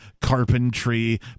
carpentry